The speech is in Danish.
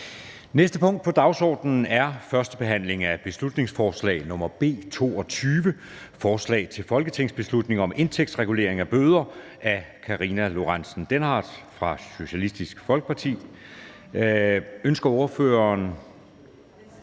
næste punkt på dagsordenen er: 20) 1. behandling af beslutningsforslag nr. B 22: Forslag til folketingsbeslutning om indtægtsregulering af bøder. Af Karina Lorentzen Dehnhardt (SF) m.fl.